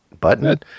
button